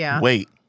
wait